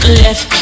left